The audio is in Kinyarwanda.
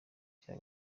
cya